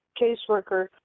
caseworker